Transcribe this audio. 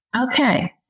Okay